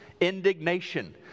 indignation